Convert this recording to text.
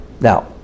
Now